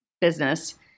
business